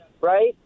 Right